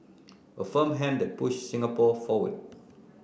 a firm hand pushed Singapore forward